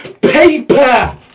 paper